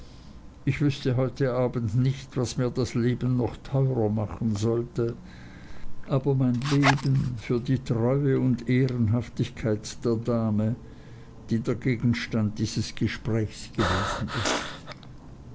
ich wüßte heute abends nicht was mir das leben noch teuer machen sollte aber mein leben für die treue und ehrenhaftigkeit der dame die der gegenstand dieses gesprächs gewesen ist